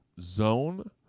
Zone